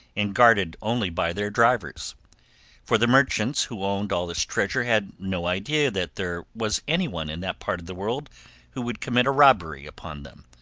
and guarded only by their drivers for the merchants who owned all this treasure had no idea that there was any one in that part of the world who would commit a robbery upon them.